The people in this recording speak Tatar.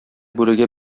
бүрегә